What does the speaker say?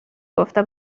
گفته